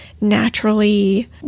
naturally